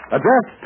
Address